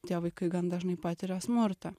tie vaikai gan dažnai patiria smurtą